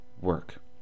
work